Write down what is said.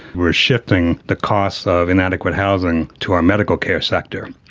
we are shifting the costs of inadequate housing to our medical care sector.